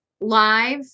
live